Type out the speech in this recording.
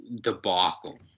debacle